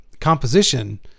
composition